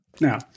now